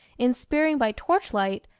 in spearing by torchlight,